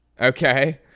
Okay